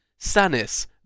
Sanis